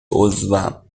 عضوم